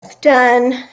Done